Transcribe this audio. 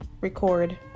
record